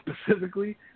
specifically